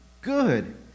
Good